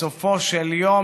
בסופו של יום,